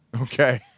Okay